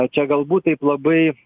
čia galbūt taip labai